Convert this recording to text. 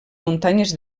muntanyes